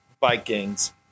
Vikings